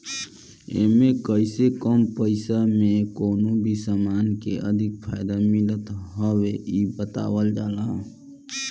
एमे कइसे कम पईसा में कवनो भी समान के अधिक फायदा मिलत हवे इ बतावल जाला